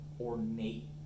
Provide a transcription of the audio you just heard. ornate